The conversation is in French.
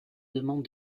demande